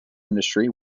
industry